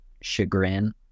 chagrin